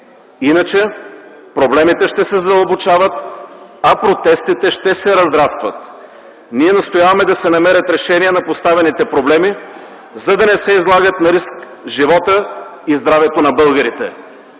иначе проблемите ще се задълбочават, а протестите ще се разрастват. Ние настояваме да се намерят решения на поставените проблеми, за да не се излагат на риск животът и здравето на българите.